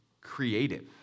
creative